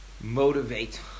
motivate